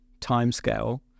timescale